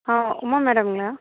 Uma மேடம்ங்களா